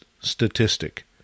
statistic